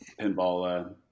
pinball